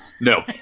No